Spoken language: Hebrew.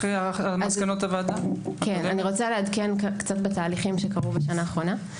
אני רוצה לעדכן בתהליכים שקרו בשנה האחרונה.